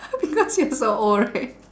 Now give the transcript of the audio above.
because you so old right